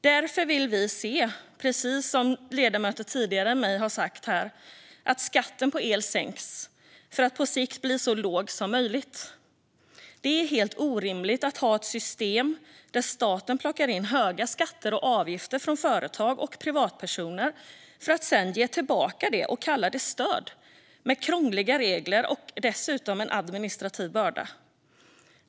Därför vill vi se, precis som ledamöter tidigare har sagt här, att skatten på el sänks för att på sikt bli så låg som möjligt. Det är helt orimligt att ha ett system där staten plockar in höga skatter och avgifter från företag och privatpersoner för att sedan ge tillbaka det och kalla det stöd med krångliga regler och dessutom en administrativ börda.